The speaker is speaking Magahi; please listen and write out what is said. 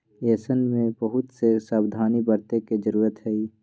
ऐसन में बहुत से सावधानी बरते के जरूरत हई